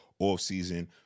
offseason